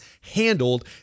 handled